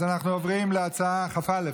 אנחנו עוברים לסעיף כ"א: